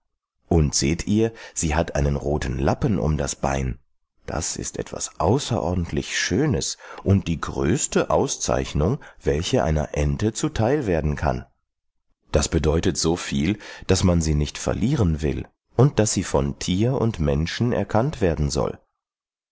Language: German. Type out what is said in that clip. und seht ihr sie hat einen roten lappen um das bein das ist etwas außerordentlich schönes und die größte auszeichnung welche einer ente zu teil werden kann das bedeutet so viel daß man sie nicht verlieren will und daß sie von tier und menschen erkannt werden soll